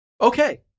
Okay